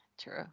true